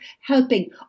helping